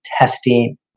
testing